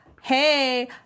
hey